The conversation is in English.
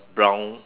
brown